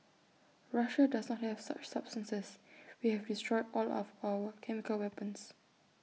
Russia does not have such substances we have destroyed all of our chemical weapons